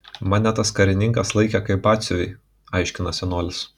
mane tas karininkas laikė kaip batsiuvį aiškina senolis